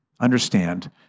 understand